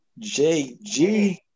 JG